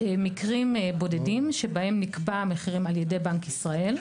יש מקרים בודדים שבהם נקבע המחירים על ידי בנק ישראל.